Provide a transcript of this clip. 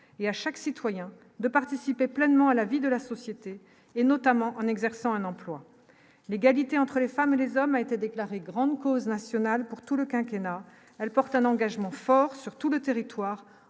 et à chaque citoyen de participer pleinement à la vie de la société, et notamment en exerçant un emploi l'égalité entre les femmes et les hommes a été déclarée grande cause nationale pour tout le quinquennat elle porte un engagement fort sur tout le territoire